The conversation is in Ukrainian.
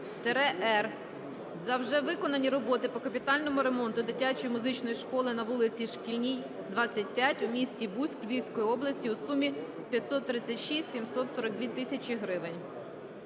за вже виконані роботи по капітальному ремонту дитячої музичної школи на вулиці Шкільній, 25 у місті Буськ Львівської області у сумі 536,742 тисячі гривень.